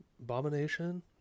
Abomination